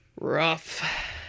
Rough